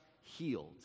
healed